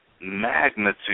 magnitude